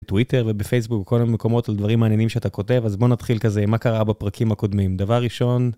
טוויטר ובפייסבוק כל המקומות על דברים מעניינים שאתה כותב אז בוא נתחיל כזה מה קרה בפרקים הקודמים דבר ראשון.